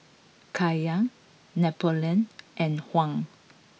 Kaya Napoleon and Hung